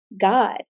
God